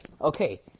okay